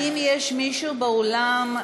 האם יש מישהו באולם,